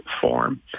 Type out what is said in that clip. form